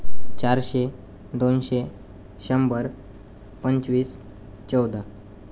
चारशे दोनशे शंभर पंचवीस चौदा